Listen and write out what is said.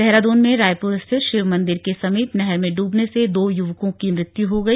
देहरादून में रायपुर स्थित शिवर मंदिर के समीप नहर में डूबने से दो युवकों की मृत्यु हो गई